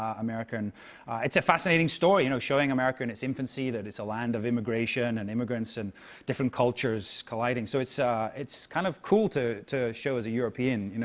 ah and it's a fascinating story, you know, showing america in its infancy, that it's a land of immigration and immigrants and different cultures colliding. so it's it's kind of cool to to show, as a european, you know